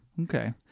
Okay